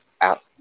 out